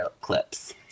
clips